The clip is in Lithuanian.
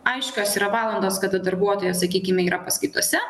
aiškios yra valandos kada darbuotojas sakykime yra paskaitose